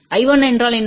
I1என்றால்என்ன